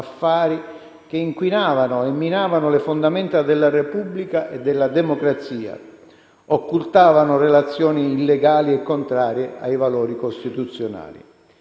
che inquinavano e minavano le fondamenta della Repubblica e della democrazia, occultavano relazioni illegali e contrarie ai valori costituzionali;